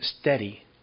steady